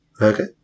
okay